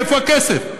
איפה הכסף?